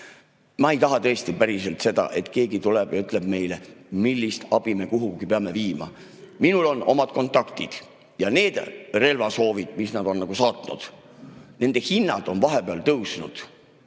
Ma ei taha tõesti, päriselt seda, et keegi tuleb ja ütleb meile, millist abi me kuhugi peame viima. Minul on omad kontaktid. Ja need relvasoovid, mis nad on saatnud, nende hinnad on vahepeal tõusnud.